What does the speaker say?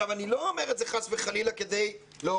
אני לא אומר את זה חס וחלילה כדי להוריד